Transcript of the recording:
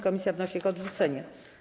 Komisja wnosi o ich odrzucenie.